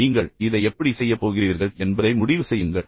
எனவே நீங்கள் இதை எப்படி செய்யப் போகிறீர்கள் என்பதை முடிவு செய்யுங்கள்